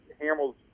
Hamill's